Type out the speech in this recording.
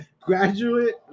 graduate